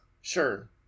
Sure